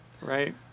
Right